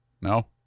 no